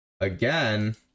again